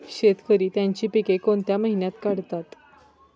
शेतकरी त्यांची पीके कोणत्या महिन्यात काढतात?